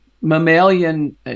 mammalian